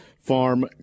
Farm